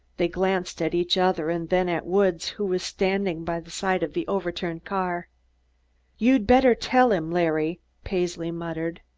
they glanced at each other and then at woods, who was standing by the side of the overturned car you'd better tell him, larry, paisley muttered.